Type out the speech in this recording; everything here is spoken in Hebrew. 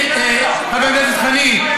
חבר הכנסת חנין,